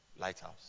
Lighthouse